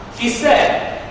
he said,